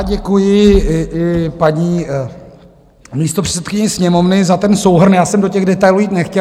Děkuji paní místopředsedkyni Sněmovny za ten souhrn, já jsem do těch detailů jít nechtěl.